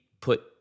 put